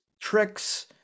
tricks